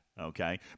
Okay